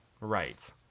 right